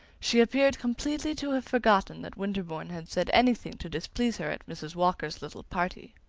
she appeared completely to have forgotten that winterbourne had said anything to displease her at mrs. walker's little party.